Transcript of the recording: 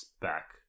back